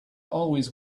always